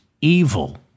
evil